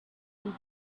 and